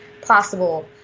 possible